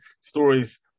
stories